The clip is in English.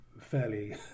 fairly